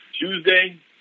Tuesday